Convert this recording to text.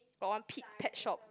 got one Pete's pet shop